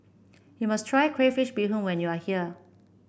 you must try Crayfish Beehoon when you are here